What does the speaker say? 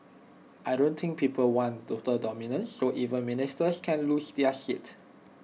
I don't think people want total dominance so even ministers can lose their seats